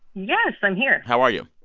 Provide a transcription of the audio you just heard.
yes, i'm here how are you?